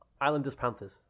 Islanders-Panthers